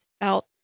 felt